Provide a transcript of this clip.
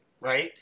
Right